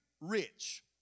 rich